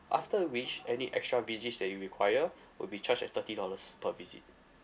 after which any extra visits that you require would be charged at thirty dollars per visit